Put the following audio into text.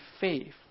faith